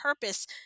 purpose